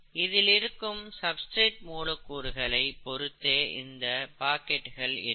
இதில் இருக்கும் சப்ஸ்டிரேட் மூலக்கூறுகளை பொறுத்தே இந்த பாக்கெட்கள் இருக்கும்